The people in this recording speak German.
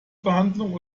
behandlung